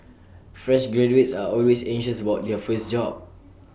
fresh graduates are always anxious about their first job